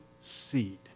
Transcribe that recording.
seed